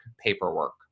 paperwork